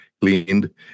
cleaned